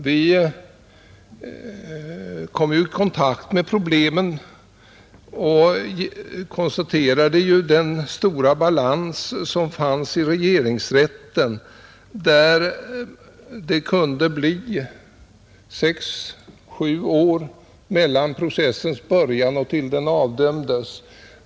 Vi kommer ju i kontakt med problemen och har konstaterat den stora balans som finns i regeringsrätten, där det kunde gå sex till sju år från processens början till dess den avdömdes.